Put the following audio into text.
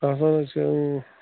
آسان ہَے چھِ